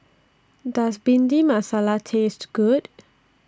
Does Bhindi Masala Taste Good